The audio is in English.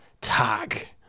tag